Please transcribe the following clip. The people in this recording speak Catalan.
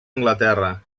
anglaterra